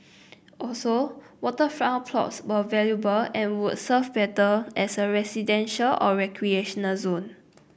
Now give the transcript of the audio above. also waterfront plots were valuable and would serve better as a residential or recreational zone